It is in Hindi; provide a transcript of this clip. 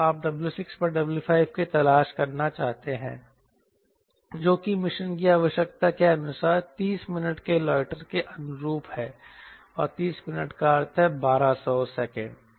अब आप W6W5 की तलाश करना चाहते हैं जो कि मिशन की आवश्यकता के अनुसार 30 मिनट के लोटर के अनुरूप है और 30 मिनट का अर्थ है 1200 सेकंड